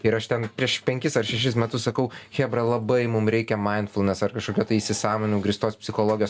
ir aš ten prieš penkis ar šešis metus sakau chebra labai mum reikia mainfulnes ar kažkokio tai įsisąmoninimu grįstos psichologijos